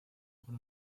por